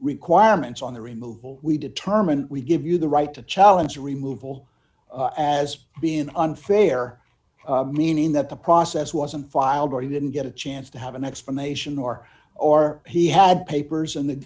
requirements on the removal we determine we give you the right to challenge removal as being unfair meaning that the process wasn't filed or he didn't get a chance to have an explanation or or he had papers and the